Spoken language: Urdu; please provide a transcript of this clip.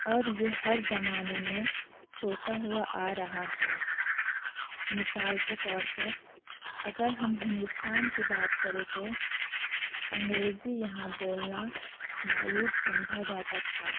اور یہ ہر زمانے میں ہوتا ہوا آ رہا ہے مثال کے طور پر اگر ہم ہندوستان کی بات کریں تو انگریزی یہاں بولنا معیوب سمجھا جاتا تھا